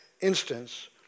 instance